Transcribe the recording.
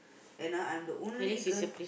and ah I'm the only girl